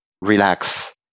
relax